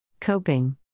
Coping